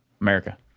America